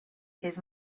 his